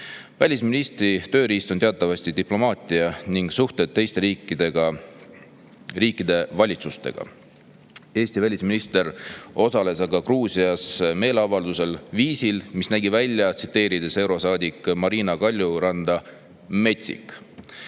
Välisministri tööriist on teatavasti diplomaatia ja suhted teiste riikide valitsustega. Eesti välisminister osales aga Gruusias meeleavaldusel viisil, mis nägi välja, tsiteerides eurosaadik Marina Kaljuranda, metsik.